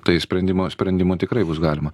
tai sprendimų sprendimų tikrai bus galima